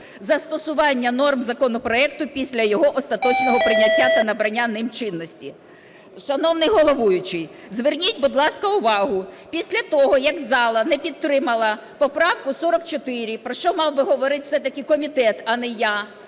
застосування норм законопроекту після його остаточного прийняття та набрання ним чинності. Шановний головуючий, зверніть, будь ласка, увагу, після того, як зала не підтримала поправку 44, про що мав би говорити все-таки комітет, а не я,